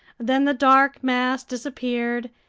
then the dark mass disappeared,